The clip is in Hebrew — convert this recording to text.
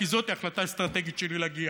כי זאת ההחלטה האסטרטגית שלי להגיע.